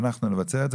אנחנו נבצע את זה,